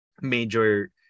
major